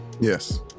Yes